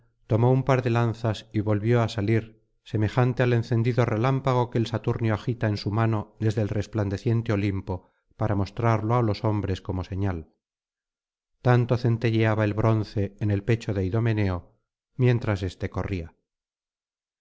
tomó un par de lanzas y volvió á salir semejante al encendido relámpago que el saturnio agita en su mano desde el resplandeciente olimpo para mostrarlo á los hombres como señal tanto centelleaba el bronce en el pecho de idomeneo mientras éste corría